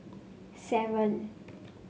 seven